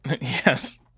Yes